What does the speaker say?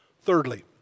Thirdly